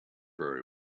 very